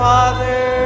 Father